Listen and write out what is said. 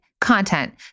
content